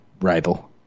Rival